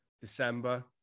December